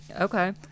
Okay